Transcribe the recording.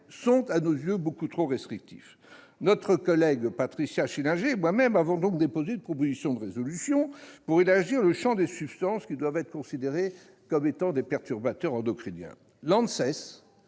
sont, à nos yeux, bien trop restrictifs. Notre collègue Patricia Schillinger et moi-même avons donc déposé une proposition de résolution européenne pour élargir le champ des substances devant être considérées comme des perturbateurs endocriniens. L'ANSES,